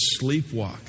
sleepwalk